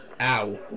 Ow